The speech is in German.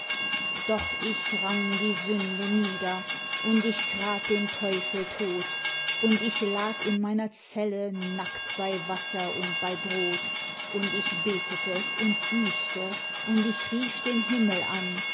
doch ich rang die sünde nieder und ich trat den teufel tot und ich lag in meiner zelle nackt bei wasser und bei brot und ich betete und büßte und ich rief den himmel an